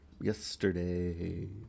Yesterday